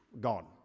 gone